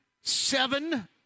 seven